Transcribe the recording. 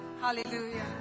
Hallelujah